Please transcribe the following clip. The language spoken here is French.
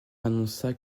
annonça